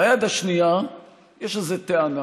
ביד השנייה יש איזו טענה